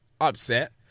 upset